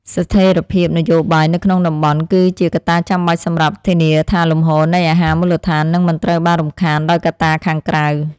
ស្ថិរភាពនយោបាយនៅក្នុងតំបន់ គឺជាកត្តាចាំបាច់សម្រាប់ធានាថាលំហូរនៃអាហារមូលដ្ឋាននឹងមិនត្រូវបានរំខានដោយកត្តាខាងក្រៅ។